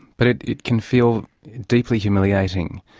but it it can feel deeply humiliating.